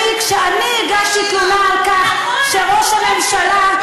למה כשאני הגשתי תלונה על כך שראש הממשלה,